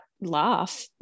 laugh